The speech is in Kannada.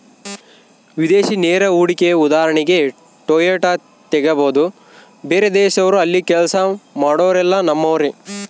ವಿದೇಶಿ ನೇರ ಹೂಡಿಕೆಯ ಉದಾಹರಣೆಗೆ ಟೊಯೋಟಾ ತೆಗಬೊದು, ಬೇರೆದೇಶದವ್ರು ಅಲ್ಲಿ ಕೆಲ್ಸ ಮಾಡೊರೆಲ್ಲ ನಮ್ಮರೇ